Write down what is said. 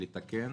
לתקן.